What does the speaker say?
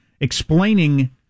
explaining